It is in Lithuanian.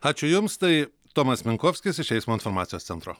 ačiū jums tai tomas minkovskis iš eismo informacijos centro